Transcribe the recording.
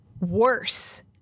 worse